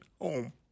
home